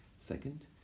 Second